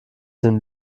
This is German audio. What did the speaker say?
den